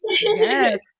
Yes